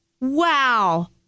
wow